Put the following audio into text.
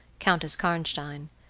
countess karnstein.